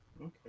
okay